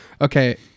Okay